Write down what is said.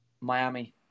Miami